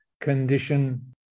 condition